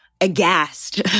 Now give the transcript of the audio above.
aghast